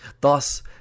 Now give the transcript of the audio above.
Thus